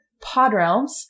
PodRealms